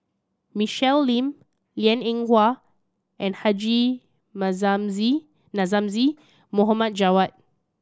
Michelle Lim Liang Eng Hwa and Haji Namazie Mohd Javad